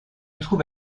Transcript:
trouve